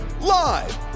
live